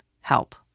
help